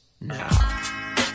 now